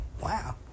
wow